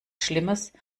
schlimmes